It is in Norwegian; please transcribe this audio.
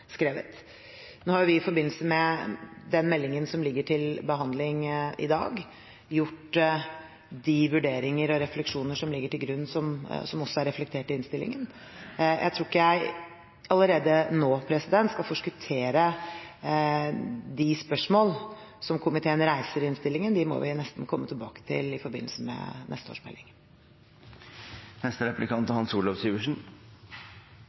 skrevet. Nå har jo vi i forbindelse med den meldingen som ligger til behandling i dag, gjort de vurderinger og refleksjoner som ligger til grunn som også er reflektert i innstillingen. Jeg tror ikke jeg allerede nå skal forskuttere de spørsmål som komiteen reiser i innstillingen; dem må vi nesten komme tilbake til i forbindelse med neste